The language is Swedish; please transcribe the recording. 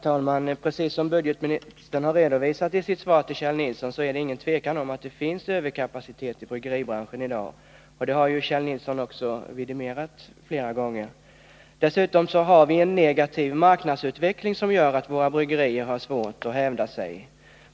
Herr talman! Precis som ekonomioch budgetministern har redovisat i sitt svar till Kjell Nilsson råder det ingen tvekan om att det finns överkapacitet inom bryggeribranschen. Det har ju också Kjell Nilsson vidimerat flera gånger. Dessutom har vi en negativ marknadsutveckling, vilket gör att våra bryggerier har svårt att hävda sig.